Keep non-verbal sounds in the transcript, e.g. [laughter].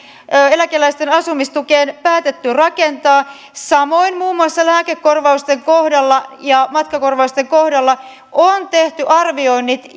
eläkeläisten asumistukeen päätetty rakentaa samoin muun muassa lääkekorvausten kohdalla ja matkakorvausten kohdalla on tehty arvioinnit [unintelligible]